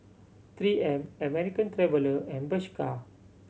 Three M American Traveller and Bershka